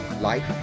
life